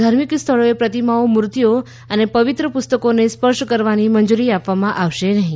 ધાર્મિક સ્થળોએપ્રતિમાઓ મૂર્તિઓ અનેપવિત્ર પુસ્તકોને સ્પર્શ કરવાની મંજૂરી આપવામાં આવશે નહીં